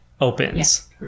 opens